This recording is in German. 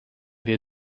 wir